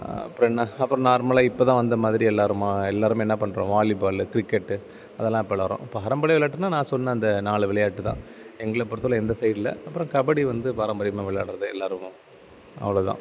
அப்பறம் என்ன அப்பறம் நார்மலாக இப்போதான் வந்த மாதிரி எல்லாருமா எல்லோருமே என்ன பண்ணுறோம் வாலிபால் கிரிக்கெட் அதெல்லாம் இப்போ விளாட்றோம் பாரம்பரிய விளாட்டுனா நான் சொன்ன அந்த நாலு விளையாட்டுதான் எங்களை பொருத்தளவு இந்த சைட்ல அப்புறம் கபடி வந்து பாரம்பரியமாக விளையாடுறது எல்லோரும் அவ்வளோதான்